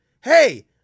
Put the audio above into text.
hey